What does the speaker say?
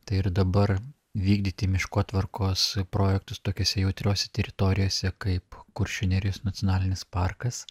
tai ir dabar vykdyti miškotvarkos projektus tokiose jautriose teritorijose kaip kuršių nerijos nacionalinis parkas